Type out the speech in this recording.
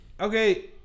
Okay